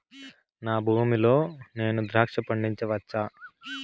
నా భూమి లో నేను ద్రాక్ష పండించవచ్చా?